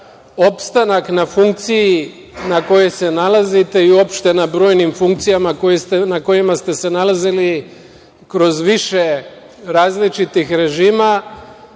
opstanak na funkciji na kojoj se nalazite i uopšte na brojnim funkcijama na kojima ste se nalazili kroz više različitih režima,